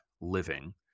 living